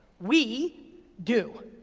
we do.